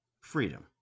Freedom